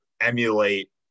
emulate